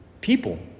People